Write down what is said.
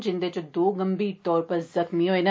जिन्दे इच दो गंभीर तौर उप्पर जख्मी होए न